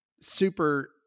super